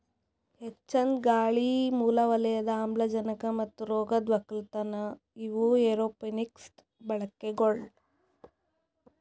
ಹೆಚ್ಚಿಂದ್ ಗಾಳಿ, ಮೂಲ ವಲಯದ ಆಮ್ಲಜನಕ ಮತ್ತ ರೋಗದ್ ಒಕ್ಕಲತನ ಇವು ಏರೋಪೋನಿಕ್ಸದು ಬಳಿಕೆಗೊಳ್